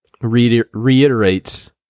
reiterates